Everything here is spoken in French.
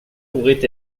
pourrait